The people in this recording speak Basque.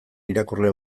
irakurle